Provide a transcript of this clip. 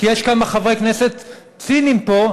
כי יש כמה חברי כנסת ציניים פה,